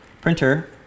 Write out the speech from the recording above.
printer